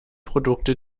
produkte